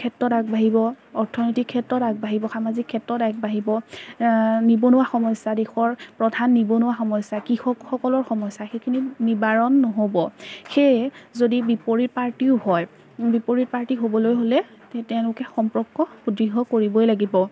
ক্ষেত্ৰত আগবাঢ়িব অৰ্থনৈতিক ক্ষেত্ৰত আগবাঢ়িব সামাজিক ক্ষেত্ৰত আগবাঢ়িব নিবনুৱা সমস্যা দেশৰ প্ৰধান নিবনুৱা সমস্যা কৃষকসকলৰ সমস্যা সেইখিনি নিবাৰণ নহ'ব সেয়ে যদি বিপৰীত পাৰ্টিও হয় বিপৰীত পাৰ্টি হ'বলৈ হ'লে তেওঁলোকে সম্পৰ্ক সুদৃঢ় কৰিবই লাগিব